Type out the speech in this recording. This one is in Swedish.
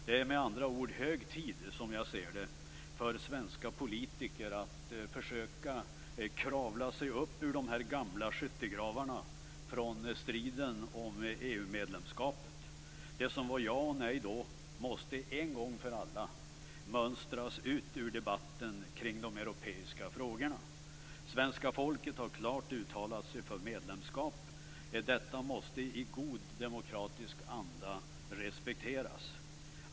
Det är med andra ord hög tid, som jag ser det, för svenska politiker att försöka kravla sig upp från de gamla skyttegravarna från striden om EU medlemskapet. De som sade nej då måste en gång för alla mönstras ut ur debatten kring Europafrågorna. Svenska folket har klart uttalat sig för medlemskap. Detta måste vi i god demokratisk anda respektera.